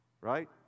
right